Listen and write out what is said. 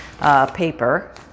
paper